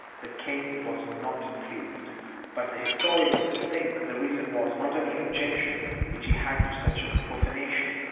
the king was not pleased but the historian thinks the reason was, not any objection which he had to such a profanation,